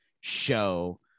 show